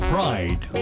Pride